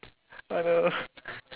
oh no